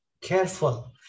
careful